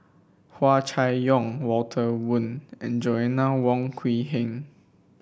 Hua Chai Yong Walter Woon and Joanna Wong Quee Heng